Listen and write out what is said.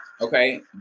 Okay